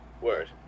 Word